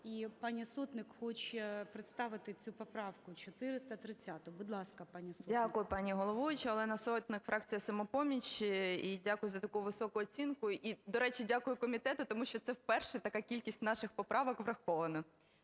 І пані Сотник хоче представити цю поправку 430. Будь ласка, пані Сотник. 13:39:35 СОТНИК О.С. Дякую, пані головуюча. Олена Сотник, фракція "Самопоміч". І дякую за таку високу оцінку. І, до речі, дякую комітету, тому що це вперше така кількість наших поправок врахована.